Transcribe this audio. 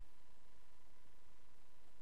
אדוני